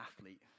athlete